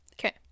Okay